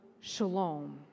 shalom